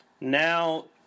Now